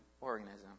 organism